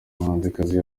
muhanzikazi